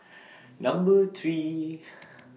Number three